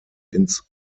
ins